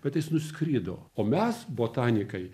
bet jis nuskrido o mes botanikai